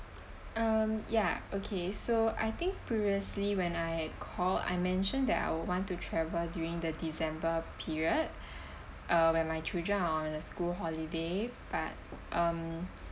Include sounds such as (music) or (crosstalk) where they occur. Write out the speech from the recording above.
um ya okay so I think previously when I call I mention that I would want to travel during the december period (breath) uh when my children are on a school holiday but um